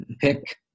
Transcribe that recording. pick